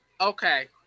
okay